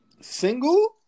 single